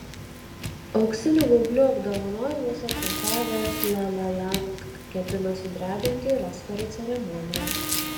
auksinių gaublių apdovanojimuose triumfavęs la la land ketino sudrebinti ir oskarų ceremoniją